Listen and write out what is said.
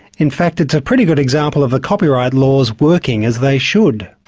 in fact it's a pretty good example of the copyright laws working as they should.